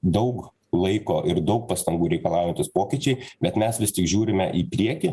daug laiko ir daug pastangų reikalaujantys pokyčiai bet mes vis tik žiūrime į priekį